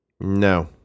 no